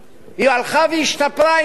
היא הלכה והשתפרה עם הזמן.